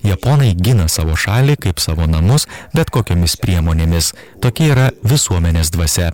japonai gina savo šalį kaip savo namus bet kokiomis priemonėmis tokia yra visuomenės dvasia